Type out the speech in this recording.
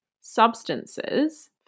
substances